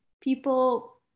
people